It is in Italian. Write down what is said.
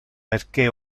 perché